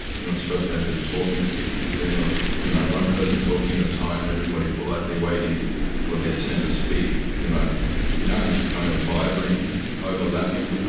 you're not supposed to have this talking-stick thing of you know one person talking at a time and everybody politely waiting for their turn to speak. you know yarning is kind of vibrant and overlapping.